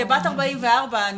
כבת 44,